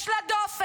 יש לה דופק,